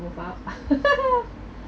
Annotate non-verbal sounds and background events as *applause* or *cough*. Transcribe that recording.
move out *laughs*